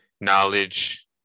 knowledge